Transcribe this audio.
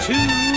Two